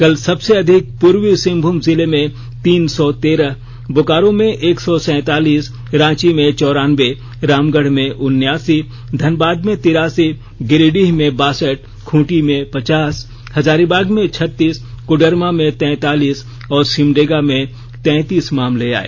कल सबसे अधिक पूर्वी सिंहभूम जिले में तीन सौ तेरह बोकारो में एक सौ सैतालीस रांची में चौरानबे रामगढ़ में उनयासी धनबाद में तिरासी गिरिडीह में बासठ खूंटी में पचास हजारीबाग में छत्तीस कोडरमा में तैतालीस और सिमडेगा में तैतीस मामले आए